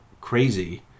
crazy